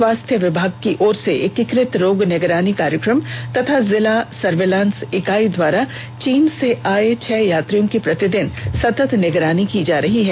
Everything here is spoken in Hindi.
स्वास्थ्य विभाग की ओर से एकीकृत रोग निगरानी कार्यक्रम तथा जिला सर्विलांस इकाई के द्वारा चीन से आए छह यात्रियों की प्रतिदिन सतत निगरानी की जा रही है